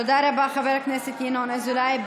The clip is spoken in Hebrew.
תודה רבה, חבר הכנסת ינון אזולאי.